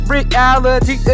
Reality